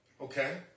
Okay